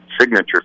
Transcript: signature